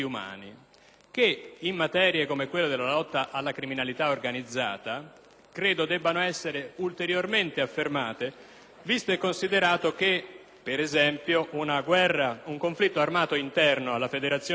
che, in materie come quella della lotta alla criminalità organizzata, credo debba essere ulteriormente affermato. Occorre infatti considerare, per esempio, che un conflitto armato interno alla Federazione russa